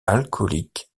alcoolique